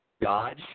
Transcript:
dodge